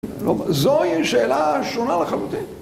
זוהי שאלה שונה לחלוטין.